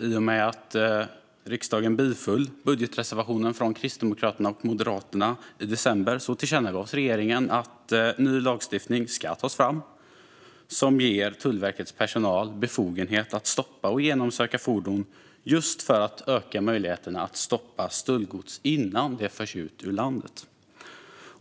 I och med att riksdagen biföll budgetreservationen från Kristdemokraterna och Moderaterna i december tillkännagavs regeringen att ny lagstiftning ska tas fram som ger Tullverkets personal befogenhet att stoppa och genomsöka fordon just för att öka möjligheterna att stoppa stöldgods innan det förs ut ur landet.